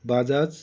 Bajaj